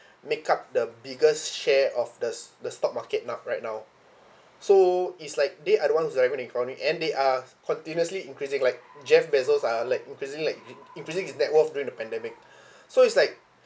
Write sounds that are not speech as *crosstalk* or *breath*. *breath* make up the biggest share of the s~ the stock market now right now so it's like they are the ones who's are never in chronic and they are continuously increasing like jeff bezos are like increasingly like in~ increasing his network during the pandemic *breath* so it's like